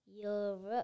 Europe